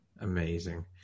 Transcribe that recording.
Amazing